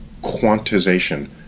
quantization